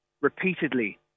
repeatedly